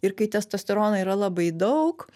ir kai testosterono yra labai daug